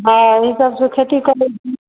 हँ ओसभ से खेती करै छी